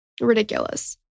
Ridiculous